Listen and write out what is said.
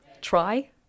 try